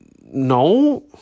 no